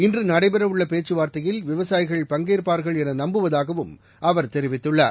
இன்று நடைபெற உள்ள பேச்சுவார்த்தையில் விவசாயிகள் பங்கேற்பார்கள் என நம்புவதாகவும் அவர் தெரிவித்துள்ளார்